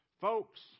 Folks